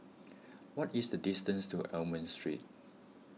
what is the distance to Almond Street